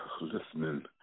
Listening